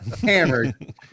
hammered